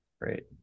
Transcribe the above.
great